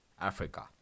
Africa